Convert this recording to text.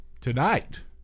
Tonight